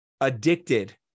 addicted